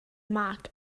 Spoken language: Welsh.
mag